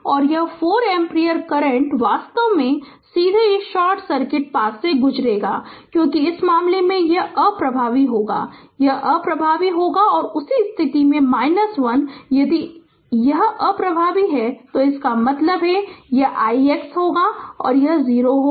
तो यह 4 ampere current वास्तव में सीधे इस शॉर्ट सर्किट पथ से गुजरेगा क्योंकि इस मामले में यह अप्रभावी होगा यह अप्रभावी होगा और उसी स्थिति में i यदि यह अप्रभावी है तो इसका मतलब यह ix होगा 0 हो और 0 होगा